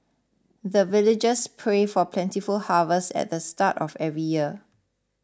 the villagers pray for plentiful harvest at the start of every year